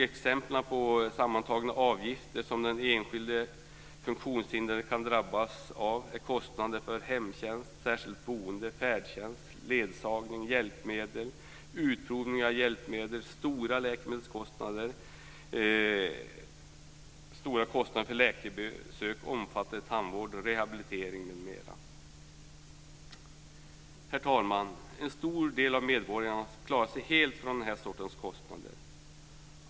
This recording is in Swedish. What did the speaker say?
Exempel på sammantagna avgifter som den enskilde funktionshindrade kan drabbas av är kostnader för hemtjänst, särskilt boende, färdtjänst, ledsagning, hjälpmedel, utprovning av hjälpmedel, stora läkemedelskostnader, läkarbesök, omfattande tandvård och rehabilitering. Herr talman! En stor del av medborgarna klarar sig helt från den här sortens kostnader.